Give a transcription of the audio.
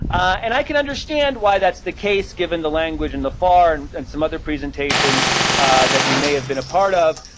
and i can understand why that's the case given the language in the far and and other presentations that you may have been a part of.